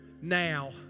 now